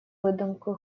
выдумку